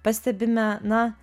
pastebime na